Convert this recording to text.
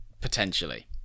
Potentially